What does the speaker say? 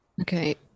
okay